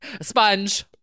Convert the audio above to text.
sponge